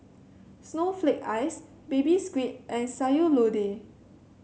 Snowflake Ice Baby Squid and Sayur Lodeh